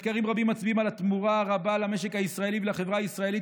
מחקרים רבים מצביעים על התמורה הרבה למשק הישראלי ולחברה הישראלית